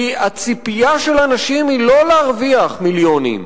כי הציפייה של אנשים היא לא להרוויח מיליונים,